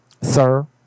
Sir